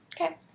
Okay